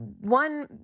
one